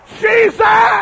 Jesus